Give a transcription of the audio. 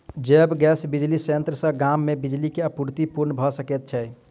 जैव गैस बिजली संयंत्र सॅ गाम मे बिजली के आपूर्ति पूर्ण भ सकैत छै